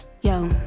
Yo